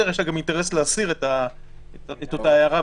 יש לה גם אינטרס להסיר את אותה הערה,